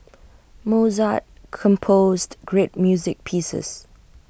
Mozart composed great music pieces